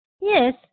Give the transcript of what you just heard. Yes